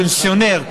פנסיונר,